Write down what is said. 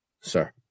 sir